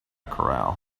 corral